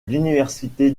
l’universalité